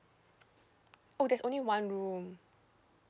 oh there's only one room